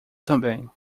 também